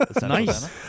Nice